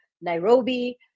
Nairobi